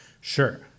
Sure